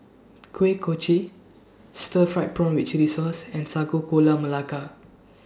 Kuih Kochi Stir Fried Prawn with Chili Sauce and Sago Gula Melaka